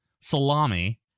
salami